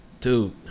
Dude